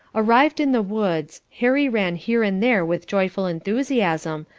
arrived in the woods, harry ran here and there with joyful enthusiasm,